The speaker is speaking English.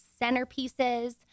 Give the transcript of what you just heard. centerpieces